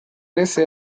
ese